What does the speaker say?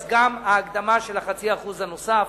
גם ההקדמה של ה-0.5% הנוסף